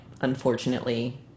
unfortunately